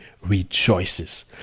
rejoices